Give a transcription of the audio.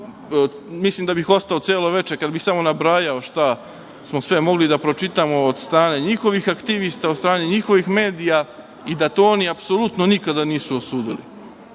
deci. Mislim da bih ostao celo veče kada bih samo nabrajao šta smo sve mogli da pročitamo od strane njihovih aktivista, od strane njihovih medija i da to oni apsolutno nikada nisu osudili. Ono